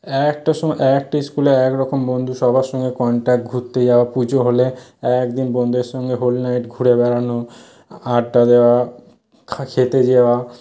এ একটা সময় এ একটা স্কুলে এক এক রকম বন্ধু সবার সঙ্গে কন্টাক্ট ঘুরতে যাওয়া পুজো হলে অ্যা একদিন বন্ধুদের সঙ্গে হোল নাইট ঘুরে বেড়ানো আড্ডা দেওয়া খেতে যাওয়া